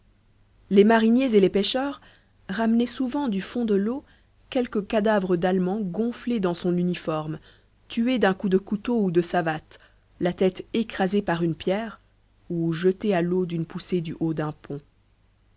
les mariniers et les pêcheurs ramenaient souvent du fond de l'eau quelque cadavre d'allemand gonflé dans son uniforme tué d'un coup de couteau ou de savate la tête écrasée par une pierre ou jeté à l'eau d'une poussée du haut d'un pont